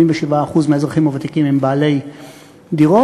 87% מהאזרחים הוותיקים הם בעלי דירות.